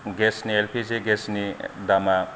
गेसनि एलपिजि गेसनि दामा